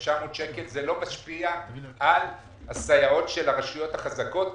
900 שקלים וזה לא משפיע על הסייעות של הרשויות החזקות.